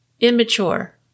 immature